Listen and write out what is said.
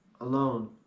alone